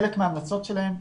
חלק מההמלצות שלהן,